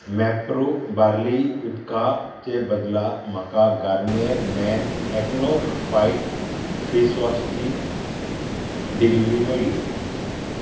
Mapro barley उदकाचे बदला म्हाका Garnier men acno fight face वॉशची डिलिव्हरी मेळ्ळी